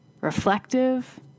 reflective